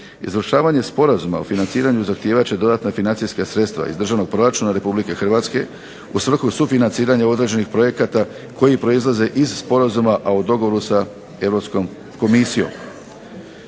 Izvršavanje sporazuma o financiranju zahtijevat će dodatna financijska sredstva iz Državnog proračuna Republike Hrvatske u svrhu sufinanciranja određenih projekata koji proizlaze iz sporazuma, a u dogovoru sa Europskom komisijom.